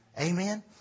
Amen